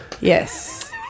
Yes